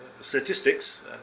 statistics